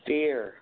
Fear